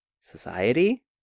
Society